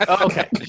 Okay